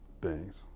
beings